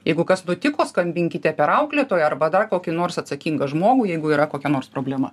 jeigu kas nutiko skambinkite per auklėtoją arba dar kokį nors atsakingą žmogų jeigu yra kokia nors problema